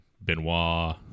Benoit